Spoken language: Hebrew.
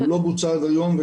הוא לא בוצע עד היום,